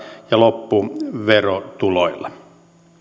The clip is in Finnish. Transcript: ja loppu verotuloilla